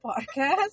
podcast